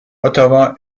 ottawa